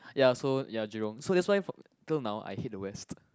ya so ya Jurong so that's why fo~ till now I hate the West